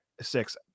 six